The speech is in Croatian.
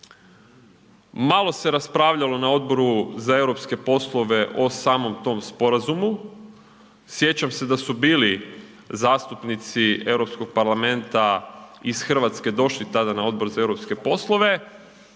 malo se raspravljalo na Odboru za europske poslove o samom tom sporazumu. Sjećam se da su bili zastupnici Europskog parlamenta iz Hrvatske došli tada na Odbor za europske poslove